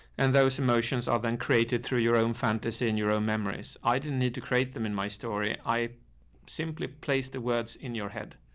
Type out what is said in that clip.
and those emotions are then created through your own fantasy and your own memories. i didn't need to create them in my story. i simply placed the words in your head.